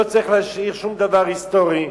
לא צריך להשאיר שום דבר היסטורי,